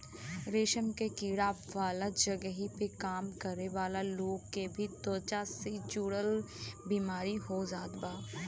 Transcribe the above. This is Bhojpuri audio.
रेशम के कीड़ा वाला जगही पे काम करे वाला लोग के भी त्वचा से जुड़ल बेमारी हो जात बा